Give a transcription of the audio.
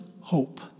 hope